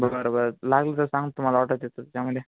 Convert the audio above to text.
बरं बरं लागलं तर सांगतो तुम्हाला ऑर्डर देतो त्यामध्ये